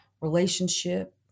relationship